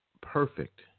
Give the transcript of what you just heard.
perfect